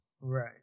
Right